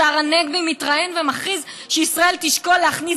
השר נגבי מתראיין ומכריז שישראל תשקול להכניס